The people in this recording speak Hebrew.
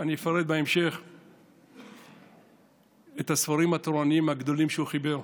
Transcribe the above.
אני אפרט בהמשך את הספרים התורניים הגדולים שהוא חיבר.